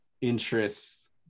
interests